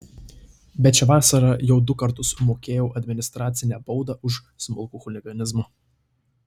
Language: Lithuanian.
bet šią vasarą jau du kartus mokėjau administracinę baudą už smulkų chuliganizmą